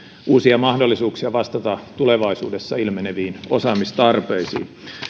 uusia mahdollisuuksia vastata tulevaisuudessa ilmeneviin osaamistarpeisiin